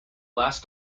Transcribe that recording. last